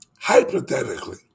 hypothetically